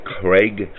Craig